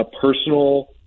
personal